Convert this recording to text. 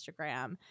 Instagram